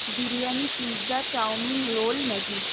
biryani pizza chowmein roll Maggi